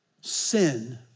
sin